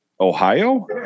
Ohio